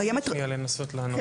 תני לי שנייה לנסות לענות,